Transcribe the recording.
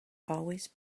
always